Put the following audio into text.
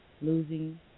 losing